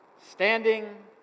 standing